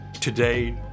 Today